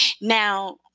now